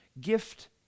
gift